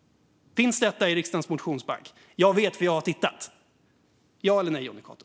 Finns detta i riksdagens motionsbank? Jag vet, för jag har tittat. Ja eller nej, Jonny Cato?